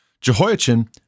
Jehoiachin